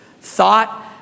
thought